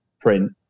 print